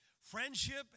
Friendship